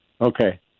Okay